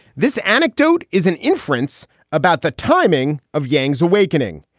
this anecdote is an inference about the timing of yang's awakening.